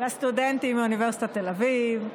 לסטודנטים מאוניברסיטת תל אביב,